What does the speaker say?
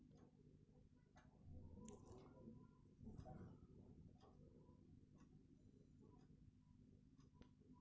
शेतातील पराटीची वेचनी झाल्यावर पराटीचं वजन कस कराव?